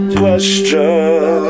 question